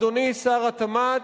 אדוני שר התמ"ת,